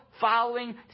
following